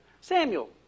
Samuel